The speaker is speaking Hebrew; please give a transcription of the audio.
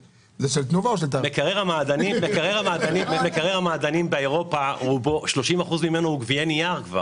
מקרר המעדנים באירופה מכיל 30% של גביעי נייר.